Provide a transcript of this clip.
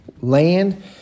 land